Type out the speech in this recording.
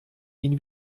ihn